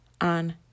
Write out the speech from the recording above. on